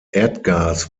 erdgas